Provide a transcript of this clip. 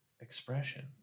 expression